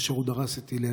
שדרס את הלל.